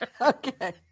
Okay